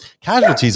casualties